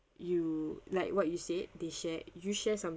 you like what you said they share you share some